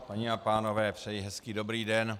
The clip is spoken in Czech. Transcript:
Paní a pánové, přeji hezký dobrý den.